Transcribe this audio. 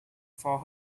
for